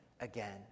again